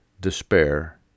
despair